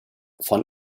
von